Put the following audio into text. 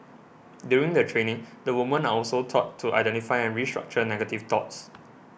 during the training the women are also taught to identify and restructure negative thoughts